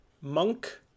monk